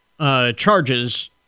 charges